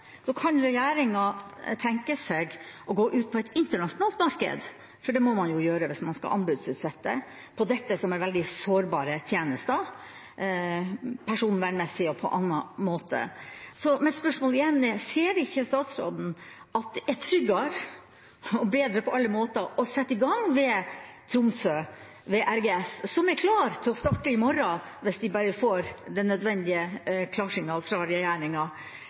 anbudsutsette dette, som er veldig sårbare tjenester, personvernmessig og på annen måte. Mitt spørsmål er igjen: Ser ikke statsråden at det er tryggere og bedre på alle måter å sette i gang ved RGS i Tromsø, som er klare til å starte i morgen hvis de bare får det nødvendige klarsignalet fra regjeringa,